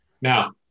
Now